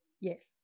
yes